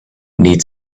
need